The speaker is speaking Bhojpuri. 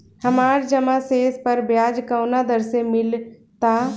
हमार जमा शेष पर ब्याज कवना दर से मिल ता?